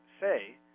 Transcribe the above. say